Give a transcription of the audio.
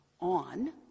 on